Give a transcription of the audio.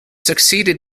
succeeded